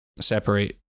separate